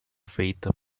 feita